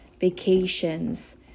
vacations